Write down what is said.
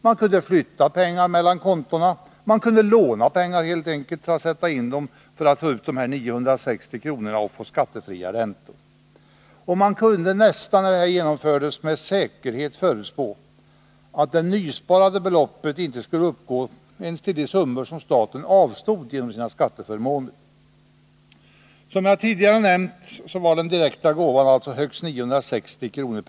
Man kunde flytta pengar mellan olika konton, och man kunde låna pengar för att sätta in dem på ett skattesparkonto för att få ut dessa 960 kr. och skattefria räntor. Man kunde nästan med säkerhet förutspå att det nysparade beloppet inte skulle uppgå till de summor som staten avstod genom skatteförmånerna. Som jag tidigare nämnt var den direkta gåvan högst 960 kr.